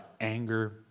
anger